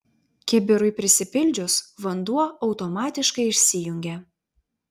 kibirui prisipildžius vanduo automatiškai išsijungia